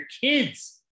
kids